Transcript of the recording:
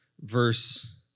verse